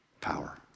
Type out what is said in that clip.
power